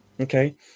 Okay